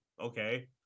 okay